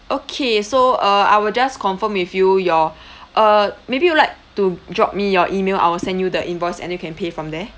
okay so uh I will just confirm with you your uh maybe you like to drop me your email I will send you the invoice and you can pay from there